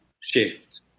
shift